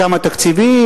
כמה תקציבים,